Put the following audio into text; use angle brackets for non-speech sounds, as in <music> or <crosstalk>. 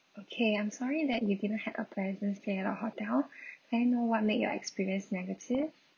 okay I'm sorry that you didn't had a pleasant stay at our hotel <breath> can I know what make your experience negative